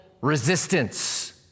resistance